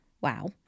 wow